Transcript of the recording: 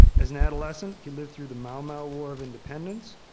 as an adolescent, he lived through the mau mau war of independence,